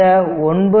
இந்த 9